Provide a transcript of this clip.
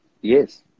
Yes